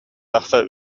тахса